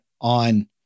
on